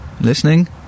listening